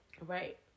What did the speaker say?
Right